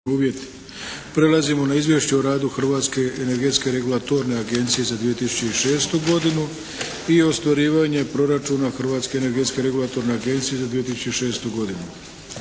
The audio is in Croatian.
Prelazimo na - Izvješće o radu Hrvatske energetske regulatorne agencije za 2006. godinu – ostvarenje proračuna Hrvatske energetske regulatorne agencije za 2006. godinu